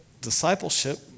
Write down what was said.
discipleship